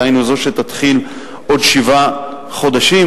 דהיינו זאת שתתחיל בעוד שבעה חודשים,